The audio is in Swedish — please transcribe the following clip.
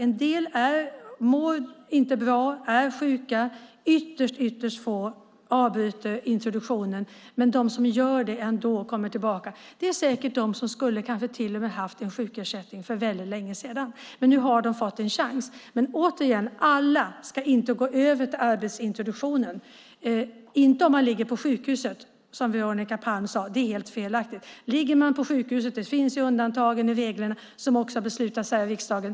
En del mår inte bra. De är sjuka. Ytterst få avbryter introduktionen, men de som gör det kommer tillbaka. Bland dem finns säkert de som kanske till och med skulle haft sjukersättning sedan lång till tillbaka. Nu har de fått en chans. Återigen: Alla ska inte gå över till arbetsintroduktionen - inte om man ligger på sjukhus - som Veronica Palm sade. Det är helt fel. Det finns undantag från reglerna som beslutats av riksdagen.